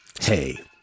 Hey